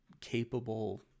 capable